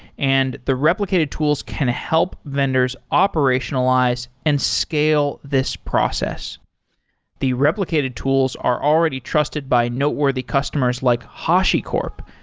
and the replicated tools can help vendors operationalize and scale this process the replicated tools are already trusted by noteworthy customers like hashicorp,